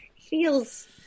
feels